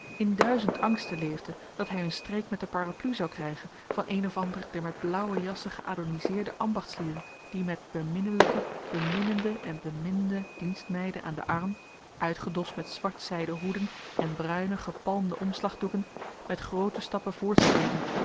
in duizend angsten leefde dat hij een streek met de parapluie zou krijgen van een of ander der met blauwe jassen geadoniseerde ambachtslieden die met beminnelijke beminnende en beminde dienstmeiden aan den arm uitgedost met zwartzijden hoeden en bruine gepalmde omslagdoeken met groote stappen voortschreden